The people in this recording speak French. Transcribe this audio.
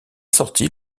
sortie